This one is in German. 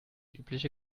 übliche